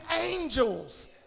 angels